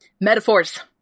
Metaphors